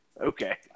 Okay